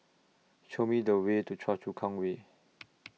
Show Me The Way to Choa Chu Kang Way